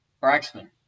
Braxton